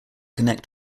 connect